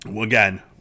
Again